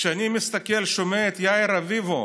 כשאני מסתכל, שומע את יאיר רביבו,